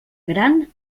gran